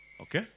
Okay